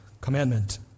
commandment